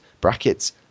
brackets